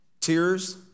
Tears